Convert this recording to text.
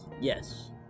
Yes